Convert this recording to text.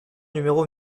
numéro